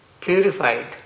purified